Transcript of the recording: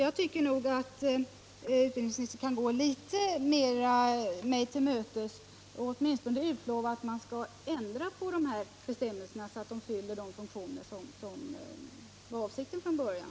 Jag tycker att utbildningsministern kunde gå mig till mötes litet mera och åtminstone utlova att man skall ändra på bestämmelserna, så att de fyller de funktioner som avsågs från början.